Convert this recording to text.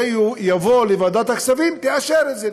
וכשזה יבוא לוועדת הכספים היא תאשר את זה,